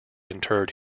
interred